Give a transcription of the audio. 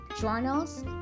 journals